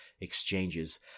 exchanges